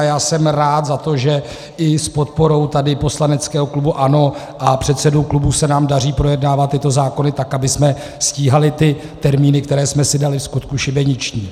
Já jsem rád za to, že i s podporou tady poslaneckého klubu ANO a předsedů klubů se nám daří projednávat tyto zákony tak, abychom stíhali ty termíny, které jsme si dali vskutku šibeniční.